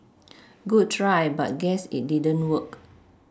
good try but guess it didn't work